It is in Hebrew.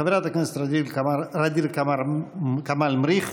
חברת הכנסת ע'דיר כמאל מריח,